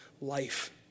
life